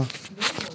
ya